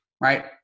right